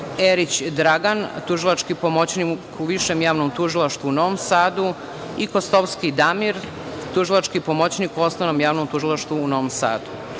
Erić Dragan, tužilački pomoćnik u Višem javnom tužilaštvu u Novom Sadu i Kostovski Damir, tužilački pomoćnik u Osnovnom javnom tužilaštvu u Novom Sadu.Za